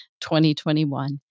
2021